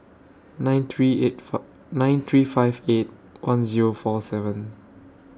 nine three eight four nine three five eight one Zero four seven